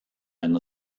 einen